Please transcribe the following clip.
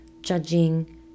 judging